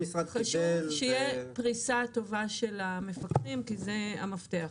חשוב שתהיה פריסה טובה של המפקחים כי זה המפתח.